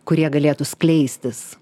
kurie galėtų skleistis